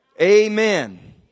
Amen